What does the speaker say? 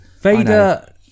Vader